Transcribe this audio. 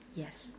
yes